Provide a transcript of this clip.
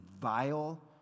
vile